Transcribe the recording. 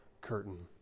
curtain